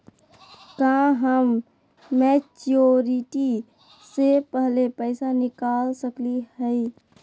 का हम मैच्योरिटी से पहले पैसा निकाल सकली हई?